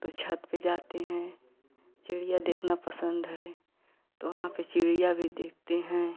तो छत पे जाते हैं चिड़िया देखना पसंद हैं वहाँ पे चिड़िया भी देखते हैं